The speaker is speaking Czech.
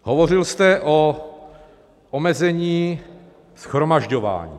Hovořil jste o omezení shromažďování.